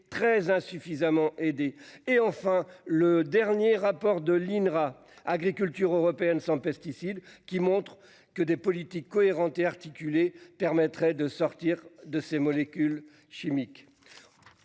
très insuffisamment et des et enfin le dernier rapport de l'INRA agriculture européenne sans pesticide qui montre que des politiques cohérente et articulée permettrait de sortir de ces molécules chimiques.